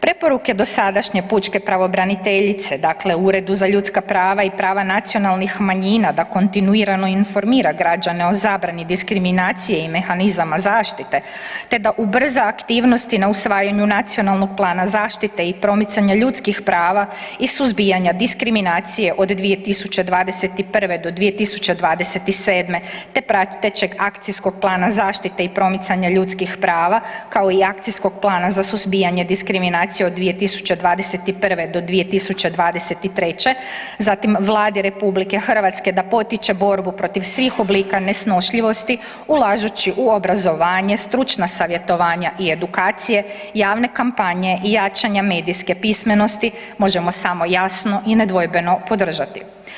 Preporuke dosadašnje pučke pravobraniteljice dakle Uredu za ljudska prava i prava nacionalnih manjina da kontinuirano informira građane o zabrani diskriminacije i mehanizama zaštite te da ubrza aktivnosti na usvajanju Nacionalnog plana zaštite i promicanje ljudskih prava i suzbijanje diskriminacije od 2021. do 2027. te pratećeg akcijskog plana zaštite i promicanja ljudskih prava kao i akcijskog plana za suzbijanje diskriminacije od 2021. do 2023., zatim Vladi RH da potiče borbu svih oblika nesnošljivosti ulažući u obrazovanje, stručna savjetovanja i edukacije, javne kampanje i jačanja medijske pismenosti možemo samo jasno i nedvojbeno podržati.